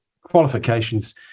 qualifications